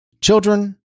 children